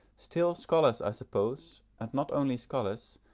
still, scholars, i suppose, and not only scholars,